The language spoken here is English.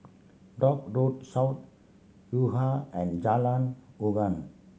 Dock Road South Yuhua and Jalan